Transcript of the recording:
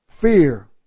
fear